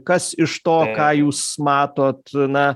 kas iš to ką jūs matot na